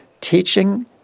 teaching